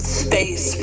space